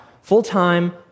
full-time